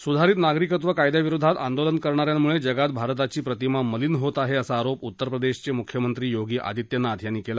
सुधारित नागरिकत्व कायद्याविरोधात आंदोलन करणा यांमुळे जगात भारताची प्रतिमा मलीन होत आहे असा आरोप उत्तरप्रदेशाचे मुख्यमंत्री योगी आदित्यनाथ यांनी केला